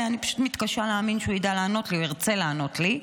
אני פשוט מתקשה להאמין שהוא ידע לענות לי או ירצה לענות לי,